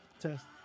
test